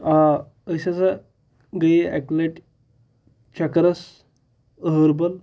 آ أسۍ ہَسا گٔیے اَکہِ لَٹہِ چَکرَس اَہَربَل